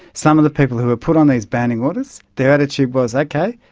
some of the people who are put on these banning orders, their attitude was, okay,